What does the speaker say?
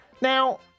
Now